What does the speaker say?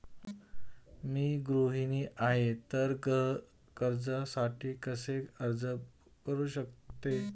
मी गृहिणी आहे तर गृह कर्जासाठी कसे अर्ज करू शकते?